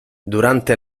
durante